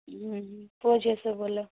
ପୁଅ ଝିଅ ସବୁ ଭଲ